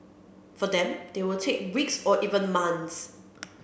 for them they will take weeks or even months